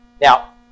Now